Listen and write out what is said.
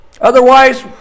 Otherwise